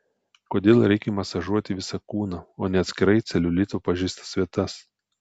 kodėl reikia masažuoti visą kūną o ne atskirai celiulito pažeistas vietas